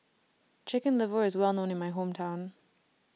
Chicken Liver IS Well known in My Hometown